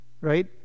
Right